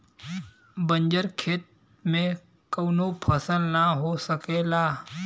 बंजर खेत में कउनो फसल ना हो सकेला